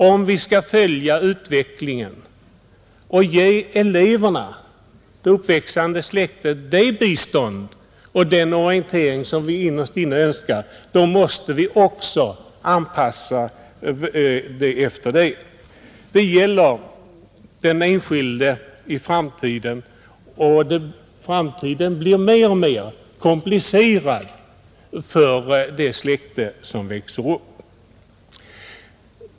Om vi skall följa utvecklingen och ge eleverna det bistånd och den orientering som vi innerst inne önskar, måste vi anpassa oss efter detta. Det gäller den enskilde i framtiden, och framtiden blir mer och mer komplicerad för det släkte som växer upp.